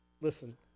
Listen